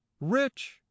rich